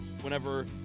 whenever